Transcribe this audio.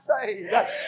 saved